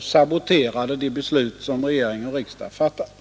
saboterade de beslut som regering och riksdag fattat.